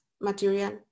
material